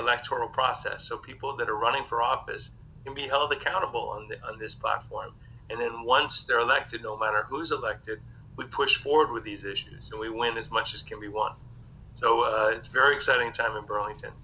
electoral process so people that are running for office can be held accountable on the on this platform and then once they're elected no matter who's elected we push forward with these issues so we went as much as can be won so it's very exciting time in burlington